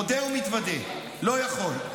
מודה ומתוודה, לא יכול.